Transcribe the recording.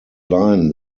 line